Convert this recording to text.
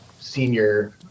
senior